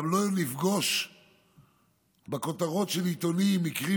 גם לא נפגוש בכותרות של עיתונים מקרים